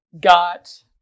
got